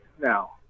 Now